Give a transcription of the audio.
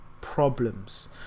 problems